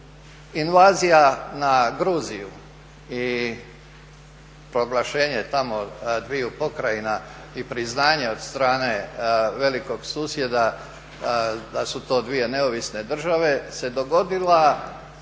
Invazija na Gruziju i proglašenje tamo dviju pokrajina i priznanje od strane velikog susjeda da su to dvije neovisne države se dogodila